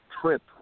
trip